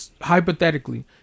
hypothetically